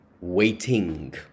waiting